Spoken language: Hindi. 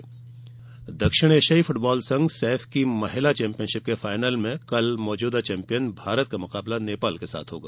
फुटबाल दक्षिण एशिया फुटबॉल संघ सैफ की महिला चौंपियनशिप के फाइनल में कल मौजूदा चौंपियन भारत का मुकाबला नेपाल से होगा